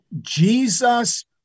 Jesus